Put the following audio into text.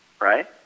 right